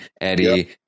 Eddie